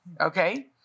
Okay